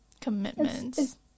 commitments